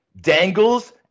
dangles